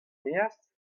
maez